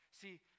See